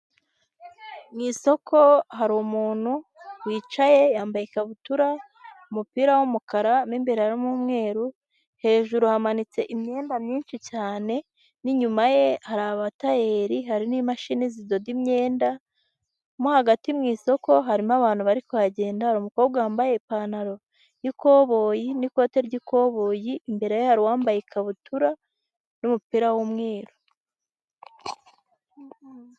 Mu isoko hariru umuntu wicaye yambaye ikabutura umupira w'umukara n'imberera n'umweru, hejuru hamanitse imyenda myinshi cyane n' inyuma ye hari abatayeri hari n'imashini zidoda imyenda, nko hagati mu isoko harimo abantu bari kuhagenda hari umukobwa wambaye ipantaro y'ikoboyi n'ikote ry'ikoboyi imbere yawo wambaye ikabutura n'umupira w'umweru.